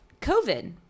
COVID